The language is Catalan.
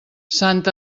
sant